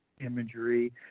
imagery